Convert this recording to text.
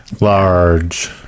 large